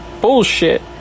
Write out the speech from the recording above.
Bullshit